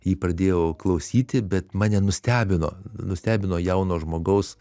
jį pradėjau klausyti bet mane nustebino nustebino jauno žmogaus